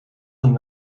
hem